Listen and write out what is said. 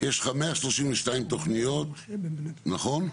יש לך 132 תוכניות, נכון?